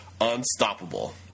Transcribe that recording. unstoppable